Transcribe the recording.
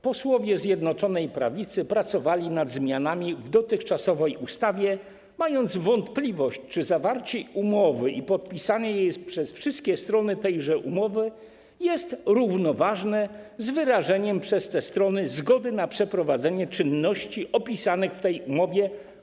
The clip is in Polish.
Posłowie Zjednoczonej Prawicy pracowali nad zmianami w dotychczasowej ustawie, bo mieli wątpliwość, czy zawarcie umowy i podpisanie jej przez wszystkie strony jest równoważne z wyrażeniem przez te strony zgody na przeprowadzenie czynności opisanych w tej umowie.